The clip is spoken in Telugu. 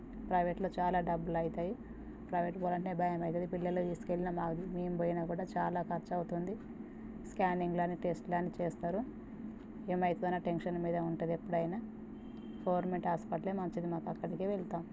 ప్రైవేట్లో చాలా డబ్బులు అవుతాయి ప్రైవేట్కి పోవాలంటే భయం అవుతుంది పిల్లల్ని తీసుకెళ్ళిన మా మేము పోయినా కూడా చాలా ఖర్చు అవుతుంది స్కానింగ్లని టెస్ట్లని చేస్తారు ఏం అవుతుందో అన్న టెన్షన్ మీదే ఉంటుంది ఎప్పుడైనా గవర్నమెంట్ హాస్పిటలే మంచిది మాకు అక్కడికే వెళ్తాము